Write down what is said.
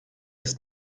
ist